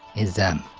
is um.